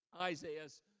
Isaiah's